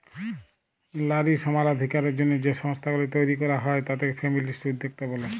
লারী সমালাধিকারের জ্যনহে যে সংস্থাগুলি তৈরি ক্যরা হ্যয় তাতে ফেমিলিস্ট উদ্যক্তা ব্যলে